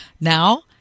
now